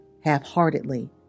half-heartedly